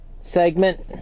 segment